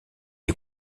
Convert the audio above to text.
est